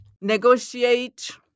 negotiate